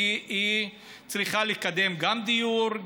כי היא צריכה לקדם גם דיור,